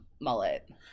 mullet